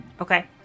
Okay